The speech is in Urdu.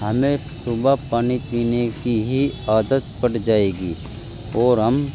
ہمیں صبح پانی پینے کی ہی عادت پڑ جائے گی اور ہم